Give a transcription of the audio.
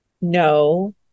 no